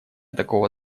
такого